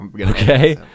okay